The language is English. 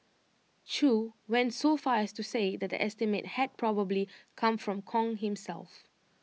chew went so far as to say that the estimate had probably come from Kong himself